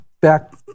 back